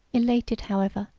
elated, however,